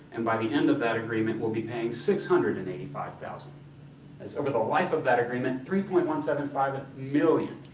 and by the end of that agreement we'll be paying six hundred and eighty five thousand dollars. over the life of that agreement, three point one seven five million.